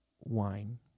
wine